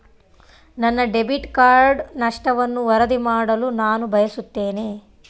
ನನ್ನ debit card ನಷ್ಟವನ್ನು ವರದಿ ಮಾಡಲು ನಾನು ಬಯಸುತ್ತೇನೆ